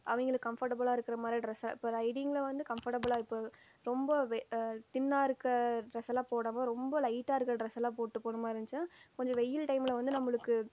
அவங்களுக்கு கம்ஃபெர்ட்டபுளாக இருக்கிற மாதிரி டிரஸ இப்போ ரைடிங்கில் வந்து கம்ஃபெர்ட்டபுளாக இப்போ ரொம்ப தின்னாக இருக்க டிரஸ் எல்லாம் போடாமல் ரொம்ப லைட்டாக இருக்கிற டிரஸ் எல்லாம் போட்டு போகிற மாதிரி இருந்துச்சுன்னா கொஞ்சம் வெயில் டைமில் வந்து நம்மளுக்கு